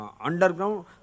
underground